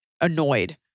annoyed